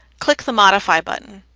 click the modify button